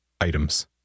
items